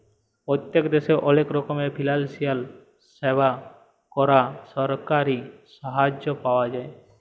পত্তেক দ্যাশে অলেক রকমের ফিলালসিয়াল স্যাবা আর সরকারি সাহায্য পাওয়া যায়